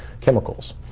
chemicals